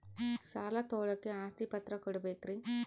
ಸಾಲ ತೋಳಕ್ಕೆ ಆಸ್ತಿ ಪತ್ರ ಕೊಡಬೇಕರಿ?